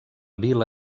vila